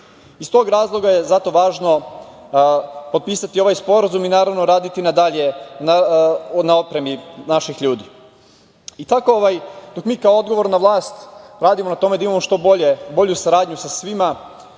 Iz tog razloga je zato važno potpisati ovaj sporazum i naravno raditi na dalje na opremi naših ljudi. Tako dok mi kao odgovorna vlast radimo na tome da imamo što bolju saradnju sa svima,